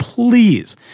Please